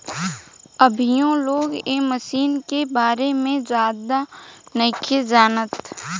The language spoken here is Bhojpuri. अभीयो लोग ए मशीन के बारे में ज्यादे नाइखे जानत